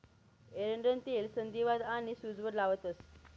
एरंडनं तेल संधीवात आनी सूजवर लावतंस